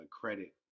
credit